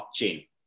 blockchain